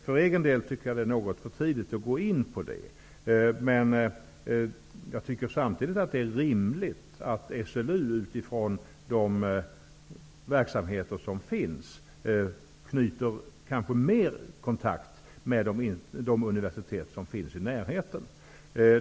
För egen del tycker jag att det är för tidigt att gå in på det, men jag tycker samtidigt att det är rimligt att SLU, med utgångspunkt i de verksamheter som finns, knyter mer kontakt med de universitet som finns i närheten.